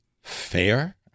Fair